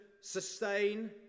sustain